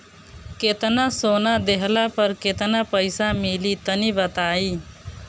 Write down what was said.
केतना सोना देहला पर केतना पईसा मिली तनि बताई?